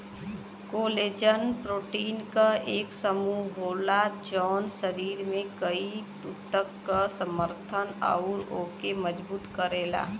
collagen protein क एक समूह होला जौन शरीर में कई ऊतक क समर्थन आउर ओके मजबूत करला